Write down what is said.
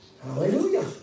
Hallelujah